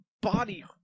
body